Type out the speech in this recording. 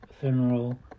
funeral